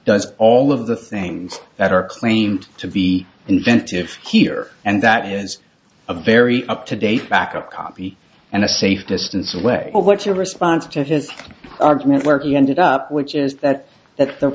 does all of the things that are claimed to be inventive here and that has a very up to date backup copy and a safe distance away what your response to his argument where he ended up which is that that the